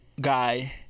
guy